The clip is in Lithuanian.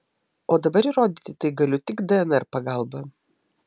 o dabar įrodyti tai galiu tik dnr pagalba